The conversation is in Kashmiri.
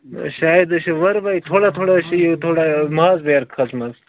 شاید حظ چھُ وَرمٕے تھوڑا تھوڑا حظ چھُ یہِ تھوڑا ماز بیرٕ کَژھٕ مَژٕ